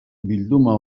bilduma